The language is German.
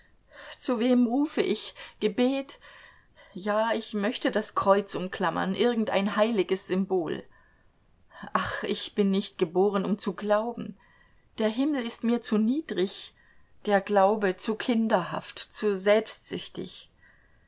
zu wem rufe ich gebet ja ich möchte das kreuz umklammern irgend ein heiliges symbol ach ich bin nicht geboren um zu glauben der himmel ist mir zu niedrig der glaube zu kinderhaft zu selbstsüchtig